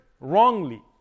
wrongly